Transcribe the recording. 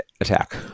attack